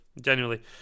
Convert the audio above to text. genuinely